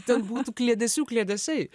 ten būtų kliedesių kliedesiai